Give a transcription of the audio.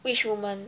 which woman